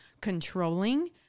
controlling